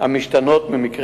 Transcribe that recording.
יש טענות לגבי